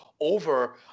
over